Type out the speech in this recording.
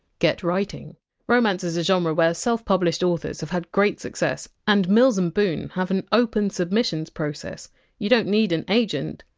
get writing romance is a genre where self-published authors have had great success. and mills and boon have an open submissions process you don't need an agent,